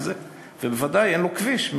ובוודאי אין לו כביש,